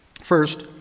first